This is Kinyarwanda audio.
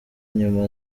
nyuma